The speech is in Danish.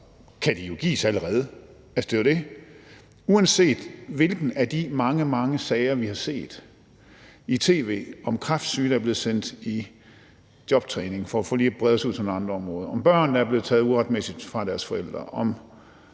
de kan jo gives allerede. Uanset hvilken af de mange, mange sager vi har set i tv om kræftsyge, der er blevet sendt i jobtræning – for lige at brede os ud til nogle andre områder – om børn, der er blevet taget uretmæssigt fra deres forældre,